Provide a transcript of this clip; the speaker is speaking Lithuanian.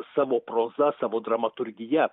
savo proza savo dramaturgija